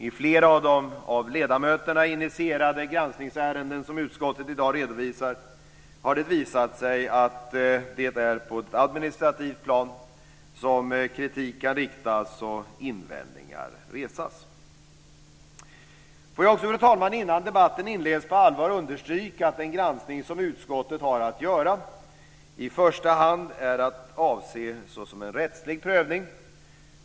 I flera av de av ledamöterna initierade granskningsärenden som utskottet i dag redovisar har det visat sig att det är på ett administrativt plan som kritik kan riktas och invändningar resas. Får jag också, fru talman, innan debatten inleds på allvar understryka att den granskning som utskottet har att göra i första hand är att ses såsom en rättslig prövning.